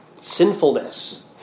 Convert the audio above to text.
sinfulness